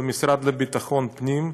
של המשרד לביטחון פנים,